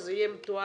שזה יהיה לי מתועד.